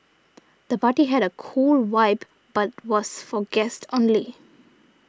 the party had a cool vibe but was for guests only